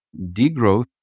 Degrowth